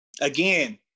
Again